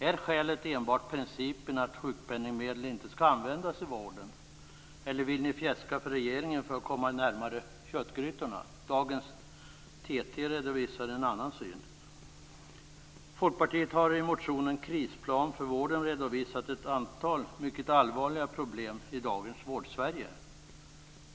Är skälet enbart principen att sjukpenningsmedel inte skall användas i vården? Eller vill ni fjäska för regeringen för att komma närmare köttgrytorna? Dagens TT-meddelanden redovisar en annan syn. Folkpartiet har i motionen med rubriken Krisplan för vården redovisat ett antal mycket allvarliga problem i dagens Vårdsverige.